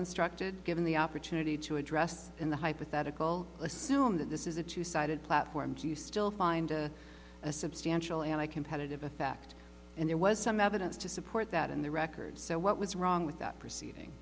instructed given the opportunity to address in the hypothetical assume that this is a two sided platforms you still find a substantial and i competitive effect and there was some evidence to support that in the record so what was wrong with that proceeding